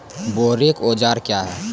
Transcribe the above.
बोरेक औजार क्या हैं?